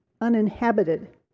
uninhabited